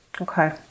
Okay